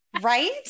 Right